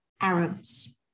Arabs